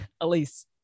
elise